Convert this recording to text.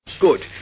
Good